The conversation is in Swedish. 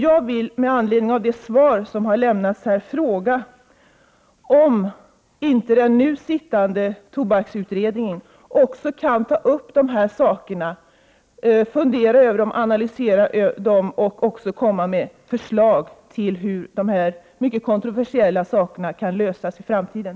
Jag vill med anledning av det svar som har lämnats här fråga om inte den nu sittande tobaksutredningen också kan ta upp dessa saker, fundera över dem, analysera dem och komma med förslag till hur dessa mycket kontroversiella frågor kan lösas i framtiden.